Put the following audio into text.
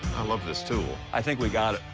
i love this tool. i think we got